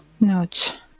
notes